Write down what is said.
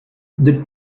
the